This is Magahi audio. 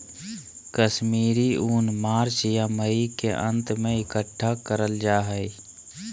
कश्मीरी ऊन मार्च या मई के अंत में इकट्ठा करल जा हय